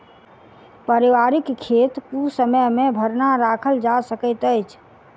पारिवारिक खेत कुसमय मे भरना राखल जा सकैत अछि